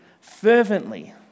fervently